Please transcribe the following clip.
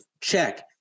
Check